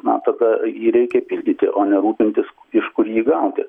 na tada jį reikia pildyti o ne rūpintis iš kur jį gauti